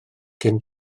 cyn